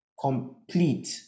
complete